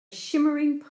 shimmering